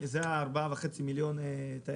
עד פרוץ המגפה הגיעו 4.5 מיליון תיירות.